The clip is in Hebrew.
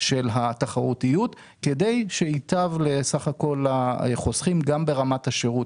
של התחרותיות כדי שייטב לסך כל החוסכים גם ברמת השירות.